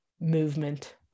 movement